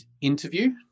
interview